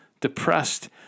depressed